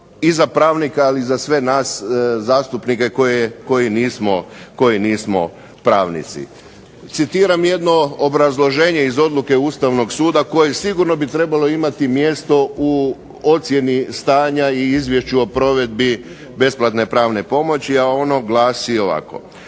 za pravnike, ali i za sve nas zastupnike koji nismo pravnici. Citiram jedno obrazloženje iz odluke Ustavnog suda koje sigurno bi trebalo imati mjesto u ocjeni stanja i izvješću o provedbi besplatne pravne pomoći, a ono glasi ovako: